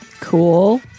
Cool